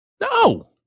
No